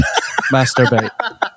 masturbate